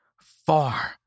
far